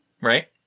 right